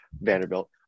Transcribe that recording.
Vanderbilt